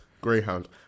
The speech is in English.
Greyhound